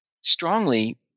strongly